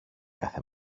κάθε